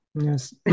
yes